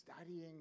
studying